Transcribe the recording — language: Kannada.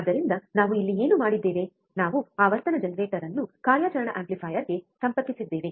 ಆದ್ದರಿಂದ ನಾವು ಇಲ್ಲಿ ಏನು ಮಾಡಿದ್ದೇವೆ ನಾವು ಆವರ್ತನ ಜನರೇಟರ್ ಅನ್ನು ಕಾರ್ಯಾಚರಣಾ ಆಂಪ್ಲಿಫೈಯರ್ಗೆ ಸಂಪರ್ಕಿಸಿದ್ದೇವೆ